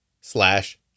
slash